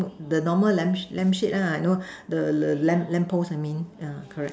the normal lamp lamp sheet ah you know the the lamp post I mean yeah correct